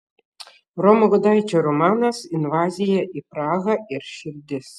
romo gudaičio romanas invazija į prahą ir širdis